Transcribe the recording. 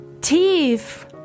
Tief